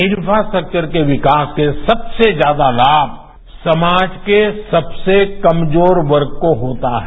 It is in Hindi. इंफ्रास्टेक्चर के विकास के सबसे ज्यादा लाभ समाज के सबसे कमजोर वर्ग को होता है